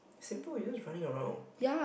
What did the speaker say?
simple you just running around